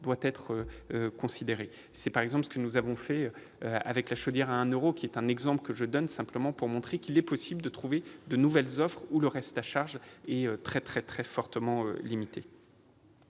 doivent être considérées. C'est ce que nous avons fait avec la chaudière à 1 euro, un exemple que je donne simplement pour montrer qu'il est possible de trouver de nouvelles offres dans lesquelles le reste à charge est très fortement limité.